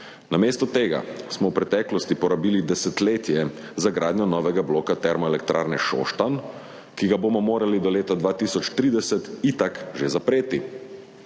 Namesto tega smo v preteklosti porabili desetletje za gradnjo novega bloka Termoelektrarne Šoštanj, ki ga bomo morali do leta 2030 itak že zapreti.